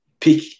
pick